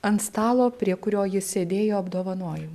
ant stalo prie kurio jis sėdėjo apdovanojimai